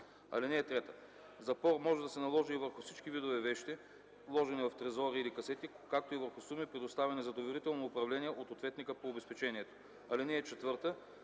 банката. (3) Запор може да се наложи и върху всички видове вещи, вложени в трезори или касети, както и върху суми, предоставени за доверително управление от ответника по обезпечението. (4) Запорът